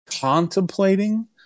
contemplating